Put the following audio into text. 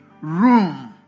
room